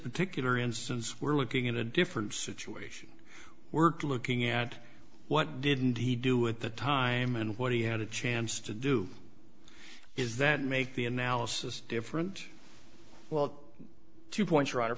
particular instance we're looking in a different situation work looking at what didn't he do at the time and what he had a chance to do is that make the analysis different well two points roger